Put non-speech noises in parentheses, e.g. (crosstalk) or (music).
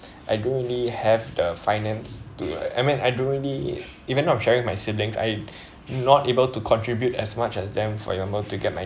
(breath) I don't really have the finance to I mean I don't really even though I'm sharing with my siblings I not able to contribute as much as them for your mum to get my